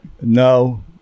No